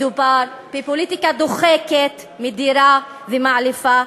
מדובר בפוליטיקה דוחקת, מדירה ומעליבה,